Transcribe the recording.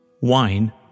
Wine